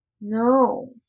No